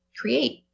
create